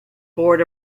board